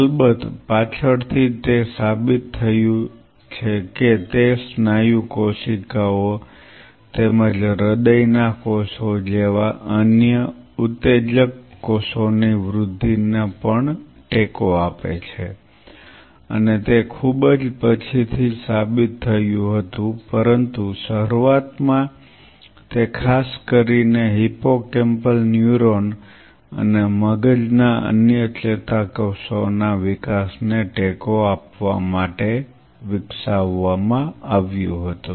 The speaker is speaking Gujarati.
અલબત્ત પાછળથી તે સાબિત થયું છે કે તે સ્નાયુ કોશિકાઓ તેમજ હૃદય ના કોષો જેવા અન્ય ઉત્તેજક કોષોની વૃદ્ધિને પણ ટેકો આપે છે અને તે ખૂબ જ પછી થી સાબિત થયું હતું પરંતુ શરૂઆતમાં તે ખાસ કરીને હિપ્પોકેમ્પલ ન્યુરોન અને મગજના અન્ય ચેતાકોષોના વિકાસને ટેકો આપવા માટે વિકસાવવામાં આવ્યું હતું